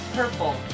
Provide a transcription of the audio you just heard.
Purple